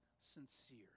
sincere